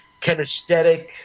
kinesthetic